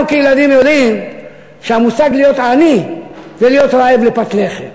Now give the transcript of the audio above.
אנחנו כילדים יודעים שהמושג להיות עני זה להיות רעב לפת לחם.